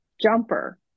jumper